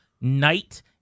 night